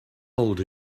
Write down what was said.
old